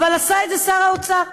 אבל עשה את זה שר האוצר.